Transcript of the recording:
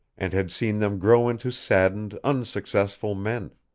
and had seen them grow into saddened, unsuccessful men.